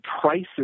prices